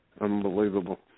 unbelievable